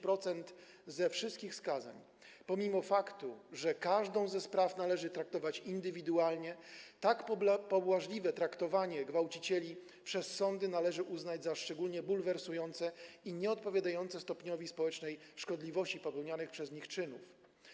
Pomimo faktu, że każdą ze spraw należy traktować indywidualnie, tak pobłażliwe traktowanie gwałcicieli przez sądy należy uznać za szczególnie bulwersujące i nieodpowiadające stopniowi społecznej szkodliwości popełnianych przez nich czynów.